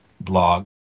Blog